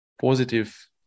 positive